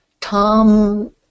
Tom